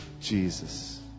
Jesus